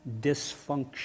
dysfunction